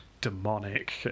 demonic